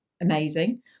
amazing